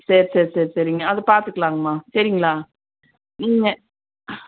சரி சரி சரி சரிங்க அது பார்த்துக்கலாங்கம்மா சரிங்களா நீங்கள்